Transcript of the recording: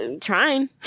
Trying